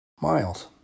Miles